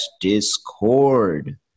discord